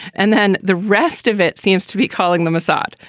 and then the rest of it seems to be calling the marsat.